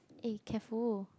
eh careful